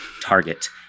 Target